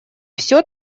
всё